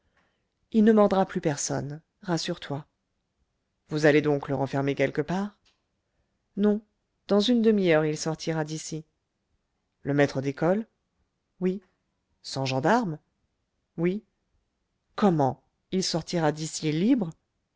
il ne mordra plus personne rassure-toi vous allez donc le renfermer quelque part non dans une demi-heure il sortira d'ici le maître d'école oui sans gendarmes oui comment il sortira d'ici libre